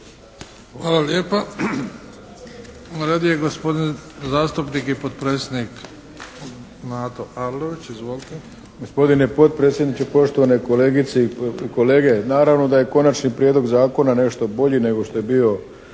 Hvala lijepa. Na redu je gospodin zastupnik i potpredsjednik Mato Arlović. Izvolite. **Arlović, Mato (SDP)** Gospodine potpredsjedniče, poštovane kolegice i kolege. Naravno da je Konačni prijedlog zakona nešto bolji nego što je bio